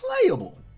playable